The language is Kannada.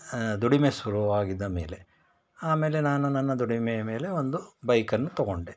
ದುಡಿಮೆ ಶುರುವಾದ ಮೇಲೆ ಆಮೇಲೆ ನಾನು ನನ್ನ ದುಡಿಮೆಯ ಮೇಲೆ ಒಂದು ಬೈಕನ್ನು ತಗೊಂಡೆ